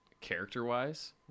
character-wise